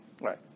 right